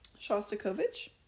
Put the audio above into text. Shostakovich